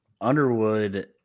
Underwood